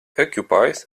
occupies